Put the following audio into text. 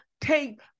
take